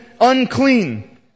unclean